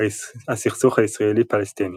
הסכסוך הישראלי-פלסטיני